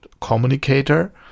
communicator